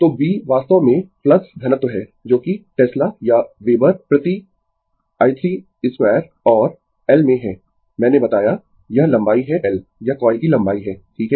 तो B वास्तव में फ्लक्स घनत्व है जोकि टेस्ला या वेबर प्रति i 3 2 और l में है मैंने बताया यह लंबाई है l यह कॉइल की लंबाई है ठीक है